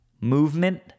movement